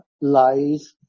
lies